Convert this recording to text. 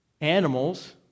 animals